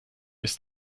ist